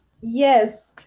yes